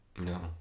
No